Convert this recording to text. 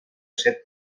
set